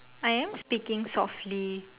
I am speaking softly